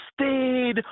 stayed